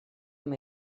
amb